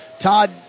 Todd